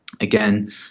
again